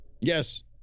Yes